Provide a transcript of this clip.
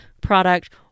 product